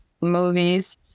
movies